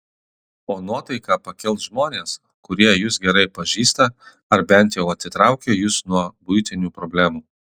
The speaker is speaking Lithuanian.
o nuotaiką pakels žmonės kurie jus gerai pažįsta ar bent jau atitraukia jus nuo buitinių problemų